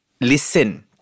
Listen